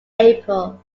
april